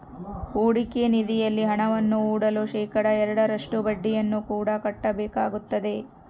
ಹೂಡಿಕೆ ನಿಧಿಯಲ್ಲಿ ಹಣವನ್ನು ಹೂಡಲು ಶೇಖಡಾ ಎರಡರಷ್ಟು ಬಡ್ಡಿಯನ್ನು ಕೂಡ ಕಟ್ಟಬೇಕಾಗುತ್ತದೆ